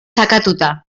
sakatuta